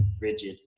rigid